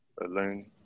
Alone